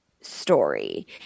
story